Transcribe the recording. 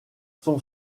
son